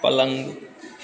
पलङ्ग